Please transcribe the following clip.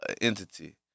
entity